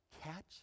catch